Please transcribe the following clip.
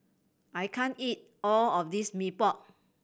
I can't eat all of this Mee Pok